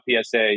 PSA